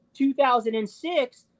2006